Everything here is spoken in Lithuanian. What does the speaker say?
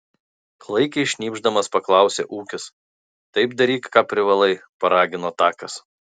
klaikiai šnypšdamas paklausė ūkis taip daryk ką privalai paragino takas